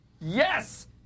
Yes